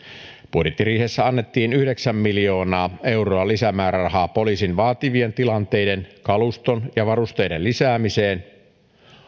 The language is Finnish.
budjettiriihessä annettiin yhdeksän miljoonaa euroa lisämäärärahaa poliisin vaativien tilanteiden kaluston ja varusteiden lisäämiseen